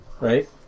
right